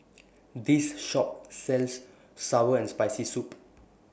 This Shop sells Sour and Spicy Soup